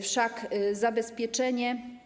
Wszak zabezpieczenie.